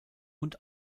und